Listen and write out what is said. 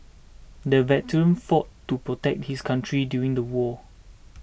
the veteran fought to protect his country during the war